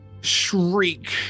shriek